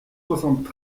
soixante